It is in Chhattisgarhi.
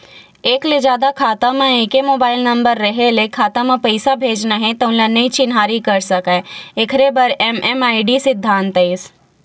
एक ले जादा खाता म एके मोबाइल नंबर रेहे ले खाता म पइसा भेजना हे तउन ल नइ चिन्हारी कर सकय एखरे बर एम.एम.आई.डी सिद्धांत आइस